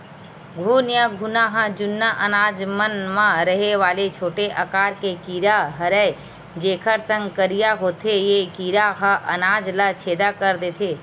घुन या घुना ह जुन्ना अनाज मन म रहें वाले छोटे आकार के कीरा हरयए जेकर रंग करिया होथे ए कीरा ह अनाज ल छेंदा कर देथे